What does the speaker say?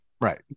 Right